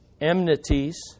enmities